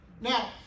Now